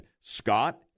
Scott